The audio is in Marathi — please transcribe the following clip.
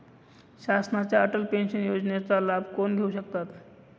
शासनाच्या अटल पेन्शन योजनेचा लाभ कोण घेऊ शकतात?